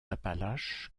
appalaches